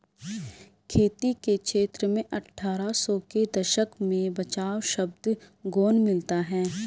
खेती के क्षेत्र में अट्ठारह सौ के दशक में बचाव शब्द गौण मिलता है